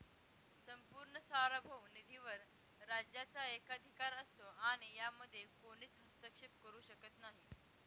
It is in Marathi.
संपूर्ण सार्वभौम निधीवर राज्याचा एकाधिकार असतो आणि यामध्ये कोणीच हस्तक्षेप करू शकत नाही